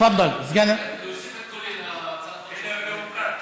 להוסיף את קולי להצעת החוק.